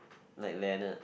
like Leonard